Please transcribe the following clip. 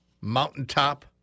Mountaintop